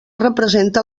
representa